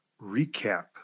recap